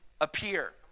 appear